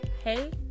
Hey